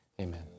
amen